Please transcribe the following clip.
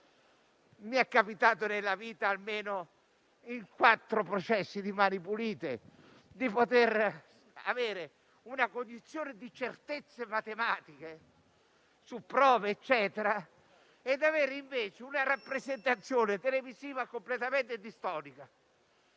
Mi è capitato nella vita, almeno in quattro processi di Mani pulite, di avere una cognizione di certezze matematiche su prove e altri elementi ed avere invece una rappresentazione televisiva completamente distonica.